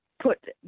put